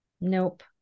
Nope